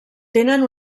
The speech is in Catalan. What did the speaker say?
tenen